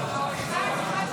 התשפ"ד 2024,